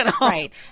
Right